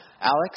Alex